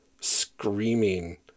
screaming